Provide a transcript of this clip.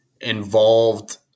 involved –